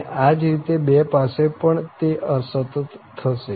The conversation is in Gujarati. અને આ જ રીતે 2 પાસે પણ તે અસતત થશે